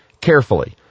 carefully